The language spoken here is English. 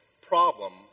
problem